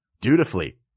dutifully